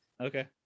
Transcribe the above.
Okay